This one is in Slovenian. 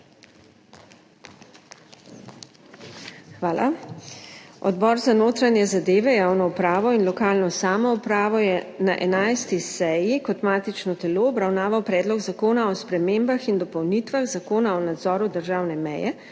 Hvala. Odbor za notranje zadeve, javno upravo in lokalno samoupravo je na 11. seji kot matično telo obravnaval Predlog zakona o spremembah in dopolnitvah Zakona o nadzoru državne meje,